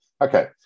Okay